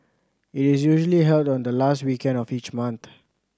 it is usually held on the last weekend of each month